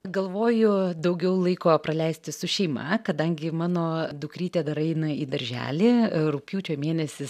galvoju daugiau laiko praleisti su šeima kadangi mano dukrytė dar eina į darželį rugpjūčio mėnesis